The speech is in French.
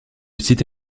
site